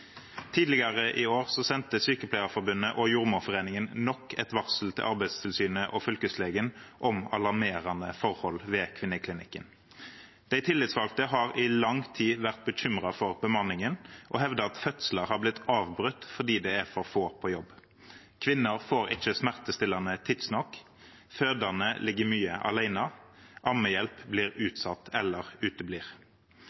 Tidligere i år sendte Sykepleierforbundet og Jordmorforeningen nok et varsel til Arbeidstilsynet og fylkeslegen om alarmerende forhold ved kvinneklinikken. De tillitsvalgte har i lang tid vært bekymret for bemanningen og hevder at fødsler er blitt avbrutt fordi det er for få på jobb. Kvinner får ikke smertestillende tidsnok, fødende ligger mye alene, ammehjelp blir